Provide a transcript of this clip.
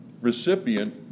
recipient